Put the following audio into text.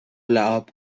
لعاب